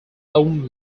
own